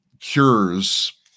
cures